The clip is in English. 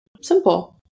simple